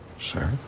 Sir